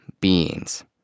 beings